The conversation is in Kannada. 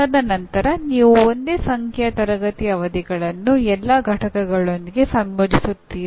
ತದನಂತರ ನೀವು ಒಂದೇ ಸಂಖ್ಯೆಯ ತರಗತಿ ಅವಧಿಗಳನ್ನು ಎಲ್ಲಾ ಘಟಕಗಳೊಂದಿಗೆ ಸಂಯೋಜಿಸುತ್ತೀರಿ